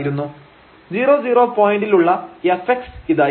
00 പോയന്റിൽ ഉള്ള fx ഇതായിരുന്നു